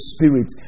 Spirit